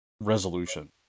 resolution